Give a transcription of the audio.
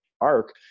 arc